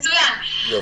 יהיה,